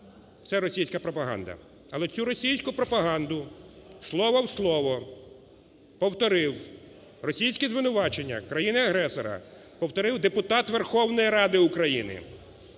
це російська пропаганда. Але цю російську пропаганду слово в слово повторив російські звинувачення країни-агресора, повторив депутат Верховної Ради України.